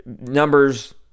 Numbers